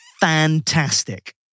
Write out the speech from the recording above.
fantastic